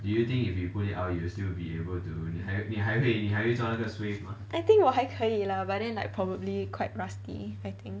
I think 我还可以 lah but then like probably quite rusty I think